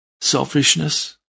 selfishness